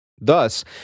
Thus